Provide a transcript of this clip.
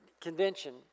Convention